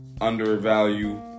undervalue